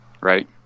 right